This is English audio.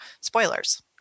spoilers